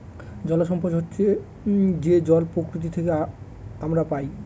জল সম্পদ হচ্ছে যে জল প্রকৃতি থেকে আমরা পায়